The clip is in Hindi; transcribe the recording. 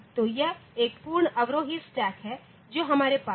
तो यह एक पूर्ण अवरोही स्टैक है जो हमारे पास था